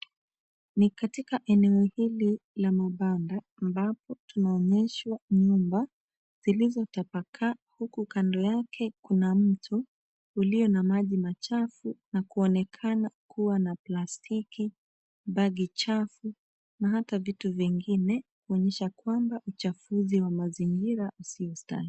Ni katika eneo hili la mabanda ambapo tunaonyeshwa nyumba zilizotapakaa huku kando yake kuna mto ulio na maji machafu na kuonekana kuwa na plastiki bagi chafu na hata vitu vingine kuonyesha kwamba uchafuzi wa mazingira usiostahili.